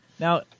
Now